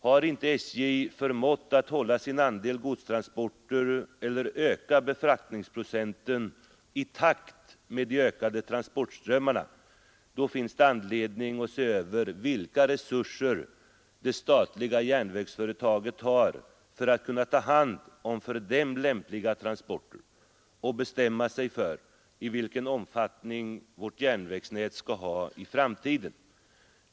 Har inte SJ förmått att hålla sin andel godstransporter eller öka befraktningsprocenten i takt med transportströmmarna, finns det anledning att se över vilka resurser det statliga järnvägsföretaget har att ta hand om för detta lämpliga transporter och bestämma sig för vilken omfattning vårt järnvägsnät skall ha i framtiden.